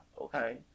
okay